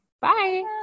Bye